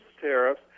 tariffs